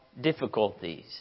Difficulties